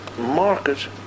market